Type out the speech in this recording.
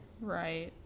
Right